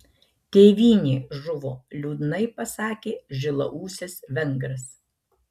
tėvynė žuvo liūdnai pasakė žilaūsis vengras